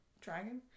Dragon